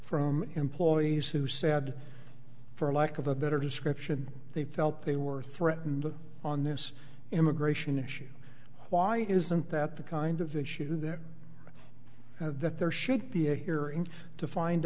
from employees who said for lack of a better description they felt they were threatened on this immigration issue why isn't that the kind of issue that at that there should be a hearing to find